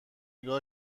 نگاه